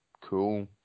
Cool